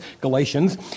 Galatians